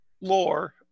lore